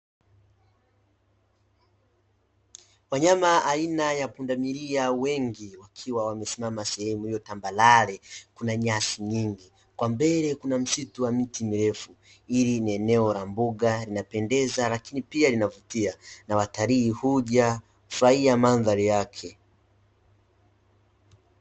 Wanyama aina ya pundamilia wengi wakiwa wamesimama sehemu iliyo tambarare kuna nyasi nyingi. Kwa mbele kuna msitu wa miti mirefu. Hili ni eneo la mbuga linapendeza lakini pia linavutia, na watalii huja kufurahia mandhari yake.